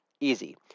Easy